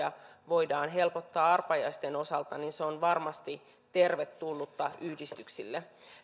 voidaan helpottaa arpajaisten osalta niin se on varmasti tervetullutta yhdistyksille